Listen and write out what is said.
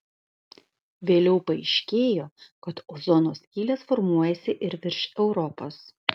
vėliau paaiškėjo kad ozono skylės formuojasi ir virš europos